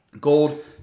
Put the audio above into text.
gold